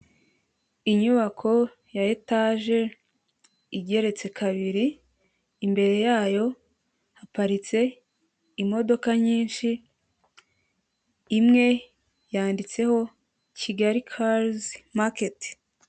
Inyubako ya etaje igereretse kabiri, imbere yayo haparitse imodoka nyinshi, imwe yanditseho Kigali karizi maketi.